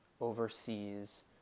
overseas